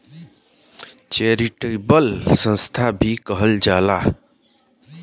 charitable संस्था भी कहल जाला